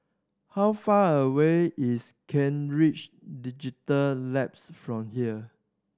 how far away is Kent Ridge Digital Labs from here